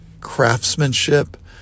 craftsmanship